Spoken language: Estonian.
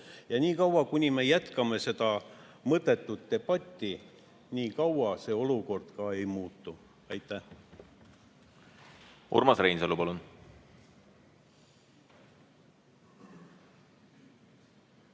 Niikaua, kuni me jätkame seda mõttetut debatti, see olukord ka ei muutu. Aitäh!